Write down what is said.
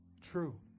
true